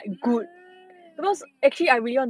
ooh